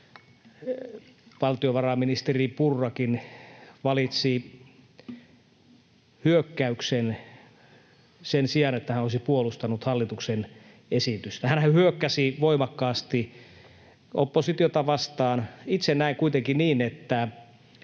valtiovarainministeri Purrakin valitsi hyökkäyksen sen sijaan, että hän olisi puolustanut hallituksen esitystä. Hänhän hyökkäsi voimakkaasti oppositiota vastaan. Itse näen kuitenkin niin, että